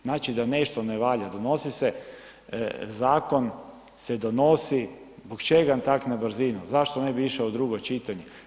Znači da nešto ne valja, donosi se, Zakon se donosi, zbog čega tako na brzinu, zašto ne bi išao u drugo čitanje.